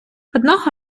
одного